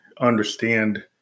understand